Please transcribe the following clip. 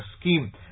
scheme